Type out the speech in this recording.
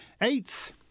Eighth